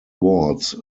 wards